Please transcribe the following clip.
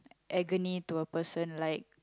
agony to a person like